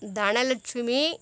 Dhanalakshmi